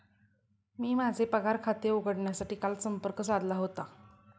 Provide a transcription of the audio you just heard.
मी माझे पगार खाते उघडण्यासाठी काल संपर्क साधला होता